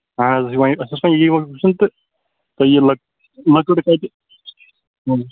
اہَن حظ بہٕ چھُس وۅنۍ اتھس پیٚٹھ یی اوس پرٕٛژُھن تہٕ یہِ لٔکٕر کَتہِ بنہِ